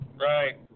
right